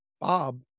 Bob